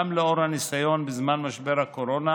גם לאור הניסיון בזמן משבר הקורונה